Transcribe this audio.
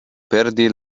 perdi